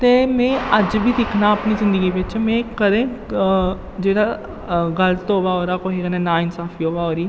ते में अज्ज बी दिक्खनां अपनी जिंदगी बिच्च में कदें जेह्ड़ा गल्त होवै ओह्दा कुसै कन्नै नाइंसाफी होवै ओह्दी